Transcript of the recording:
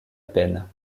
peine